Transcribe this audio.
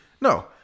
no